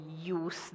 use